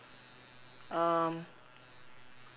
um